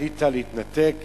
החליטה להתנתק,